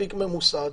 מספיק ממוסד,